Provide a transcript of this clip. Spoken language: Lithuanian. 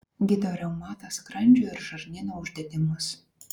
gydo reumatą skrandžio ir žarnyno uždegimus